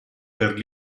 per